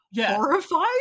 Horrified